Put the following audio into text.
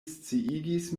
sciigis